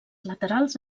laterals